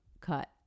cut